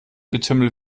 getümmel